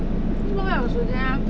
做么会有时间 ah